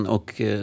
Och